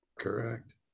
Correct